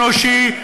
אנושי,